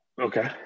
Okay